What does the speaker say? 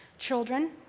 Children